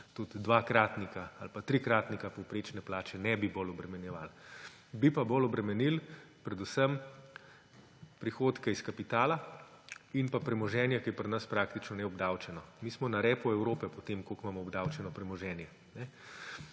tudi dvakratnika ali pa trikratnika povprečne plače ne bi bolj obremenjevali. Bi pa bolj obremenili predvsem prihodke iz kapitala in premoženje, ki je pri nas praktično neobdavčeno. Mi smo na repu Evrope po tem, koliko imamo obdavčeno premoženje.